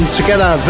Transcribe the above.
together